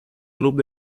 club